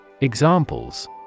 Examples